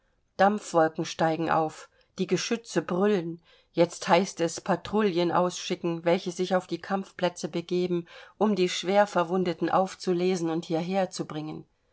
dampfwolken steigen auf die geschütze brüllen jetzt heißt es patrouillen ausschicken welche sich auf die kampfplätze begeben um die schwerverwundeten aufzulesen und